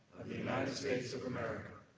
united states of america.